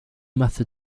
method